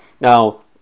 Now